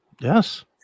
Yes